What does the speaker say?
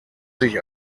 sich